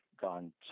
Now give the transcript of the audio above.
gone